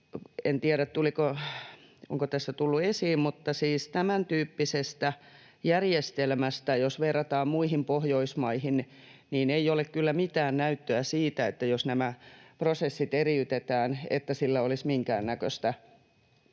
En tiedä, onko tässä tullut esiin, mutta siis tämän tyyppisessä järjestelmässä, jos verrataan muihin Pohjoismaihin, ei ole kyllä mitään näyttöä siitä, että jos nämä prosessit eriytettäisiin, niin siitä olisi minkäännäköistä